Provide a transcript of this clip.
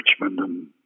Richmond